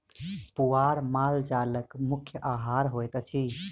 पुआर माल जालक मुख्य आहार होइत अछि